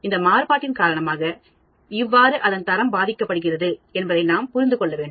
இந்த மாறுபாட்டின் காரணமாக இவ்வாறு அதன் தரம் பாதிக்கப்படுகிறது என்பதை நாம் புரிந்து கொள்ள வேண்டும்